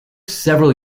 several